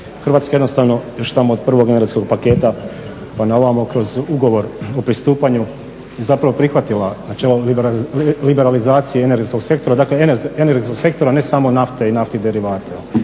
Hrvatska jednostavno još tamo od prvog energetskog paketa pa na ovamo kroz ugovor o pristupanju je zapravo prihvatila načelo liberalizacije energetskog sektora ne samo nafte i naftnih derivata.